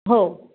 हो